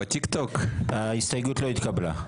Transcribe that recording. ההסתייגות לא התקבלה.